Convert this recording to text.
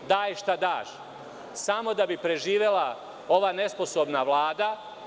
Daj šta daš samo da bi preživela ova nesposobna vlada.